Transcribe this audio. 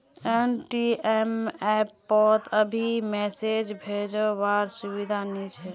ATM app पोत अभी message भेजो वार सुविधा नी छे